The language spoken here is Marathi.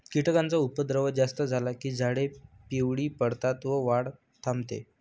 कीटकांचा उपद्रव जास्त झाला की झाडे पिवळी पडतात व वाढ थांबते